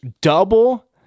double